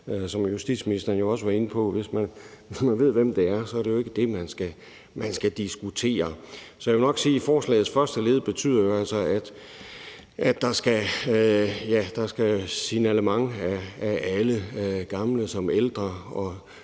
hvad justitsministeren også var inde på. Hvis man ved, hvem det er, så er det jo ikke det, man skal diskutere. Så jeg vil sige, at forslagets første del altså betyder, at der skal opgives signalement af alle, gamle som ældre og